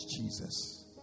Jesus